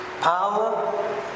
power